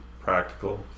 Practical